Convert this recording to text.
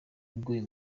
bw’uyu